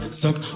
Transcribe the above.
suck